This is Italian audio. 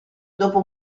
dopo